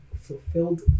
fulfilled